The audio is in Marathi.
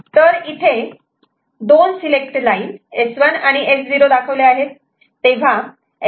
तर इथे दोन सिलेक्ट लाईन S1 आणि S0 दाखवल्या आहेत